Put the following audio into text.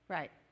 Right